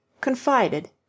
confided